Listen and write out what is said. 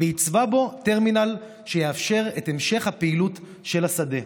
ועיצבה בו טרמינל שיאפשר את המשך הפעילות של השדה.